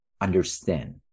understand